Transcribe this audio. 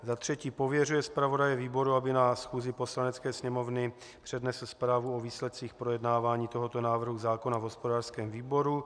Za třetí pověřuje zpravodaje výboru, aby na schůzi Poslanecké sněmovny přednesl zprávu o výsledcích projednávání tohoto návrhu zákona v hospodářském výboru.